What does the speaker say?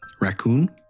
raccoon